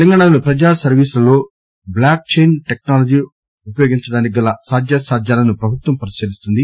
తెలంగాణలోని పజా సర్వీస్లలో బ్లాక్చైన్ టెక్నాలజి ఉపయోగించుకోడానికి గల సాధ్యాసాధ్యాలను పభుత్వం పరిశీలిస్తుంది